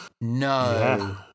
No